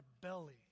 belly